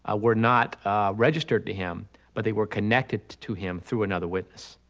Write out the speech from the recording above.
ah were not registered to him but they were connected to him through another witness.